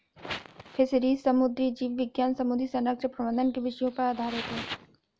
fisheries समुद्री जीव विज्ञान समुद्री संरक्षण प्रबंधन के विषयों पर आधारित है